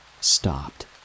stopped